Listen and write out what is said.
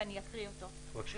ואני אקרא אותו ברשותך.